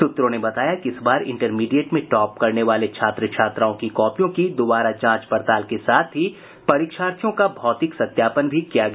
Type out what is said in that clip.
सूत्रों ने बताया कि इस बार इंटरमीडिएट में टॉप करने वाले छात्र छात्राओं की कॉपियों की दुबारा जांच पड़ताल के साथ ही परीक्षार्थियों का भौतिक सत्यापन भी किया गया